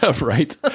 Right